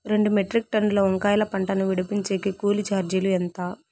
రెండు మెట్రిక్ టన్నుల వంకాయల పంట ను విడిపించేకి కూలీ చార్జీలు ఎంత?